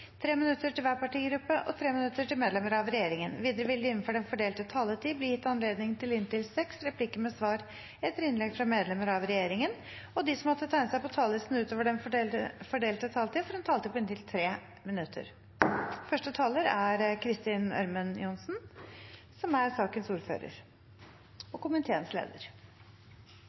minutter til saksordføreren, 3 minutter til øvrige partigrupper og 3 minutter til medlemmer av regjeringen. Videre vil det – innenfor den fordelte taletid – bli gitt anledning til inntil fem replikker med svar etter innlegg fra medlemmer av regjeringen, og de som måtte tegne seg på talerlisten utover den fordelte taletid, får en taletid på inntil 3 minutter. Helse- og omsorgskomiteen har behandlet et representantforslag fra SV om å sikre likeverdige og